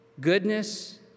goodness